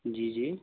जी जी